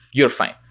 you're fine.